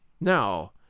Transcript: Now